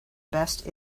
best